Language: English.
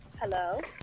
Hello